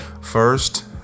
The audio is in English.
first